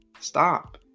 stop